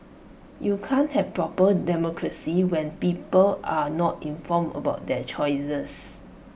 you can't have A proper democracy when people are not informed about their choices